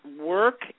work